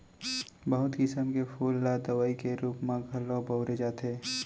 बहुत किसम के फूल ल दवई के रूप म घलौ बउरे जाथे